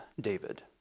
David